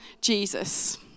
Jesus